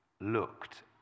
looked